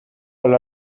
alla